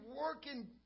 working